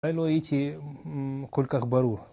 אולי לא הייתי כל כך ברור